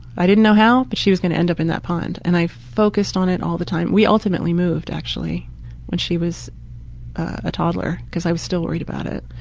i didn't know how but she was going to end up in that pond and i focused on it all the time. we ultimately moved actually when she was a toddler because i was still worried about it.